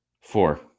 Four